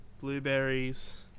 blueberries